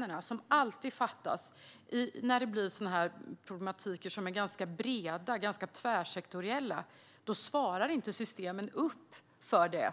Det som alltid fattas är hängrännorna. När det blir sådana här ganska breda, tvärsektoriella problem svarar systemen inte upp mot det.